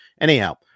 anyhow